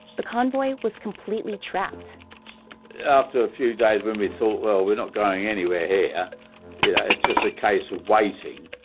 the convoy was completely trapped after a few days when we thought, well, we're not going anywhere here. yeah yeah it's just a case of waiting.